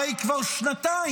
הרי כבר שנתיים